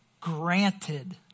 Granted